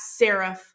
serif